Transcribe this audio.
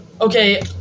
Okay